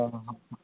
ହଁ ହଁ ହଁ